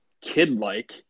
kid-like